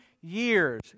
years